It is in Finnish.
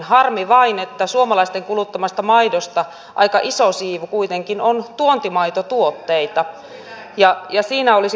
harmi vain että suomalaisten kuluttamasta maidosta aika iso siivu kuitenkin on tuontimaitotuotteita ja siinä olisi korjattavaa